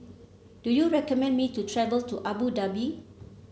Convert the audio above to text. do you recommend me to travel to Abu Dhabi